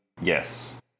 Yes